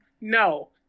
No